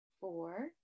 Four